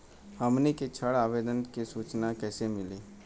हमनी के ऋण आवेदन के सूचना कैसे मिली?